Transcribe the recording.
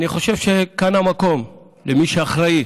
אני חושב שכאן המקום למי שאחראי